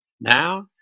Now